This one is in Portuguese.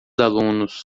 alunos